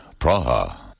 Praha